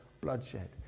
bloodshed